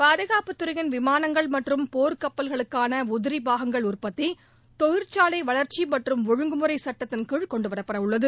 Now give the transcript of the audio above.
பாதுகாப்பு துறையின் விமானங்கள் மற்றும் போர் கப்பல்களுக்கான உதிரிப் பாகங்கள் உற்பத்தி தொழிற்சாலை வளர்ச்சி மற்றும் ஒழுங்குமுறை சுட்டத்தின் கீழ் கொண்டு வரப்படவுள்ளது